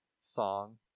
song